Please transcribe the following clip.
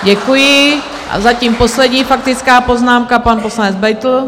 Děkuji a zatím poslední faktická poznámka, pan poslanec Beitl.